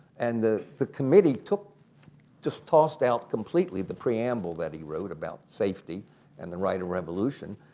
and the the committee took just tossed out completely the preamble that he wrote about safety and the right of revolution.